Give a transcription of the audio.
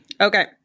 Okay